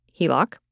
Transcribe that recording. HELOC